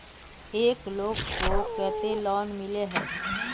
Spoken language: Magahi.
एक लोग को केते लोन मिले है?